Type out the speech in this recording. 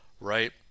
right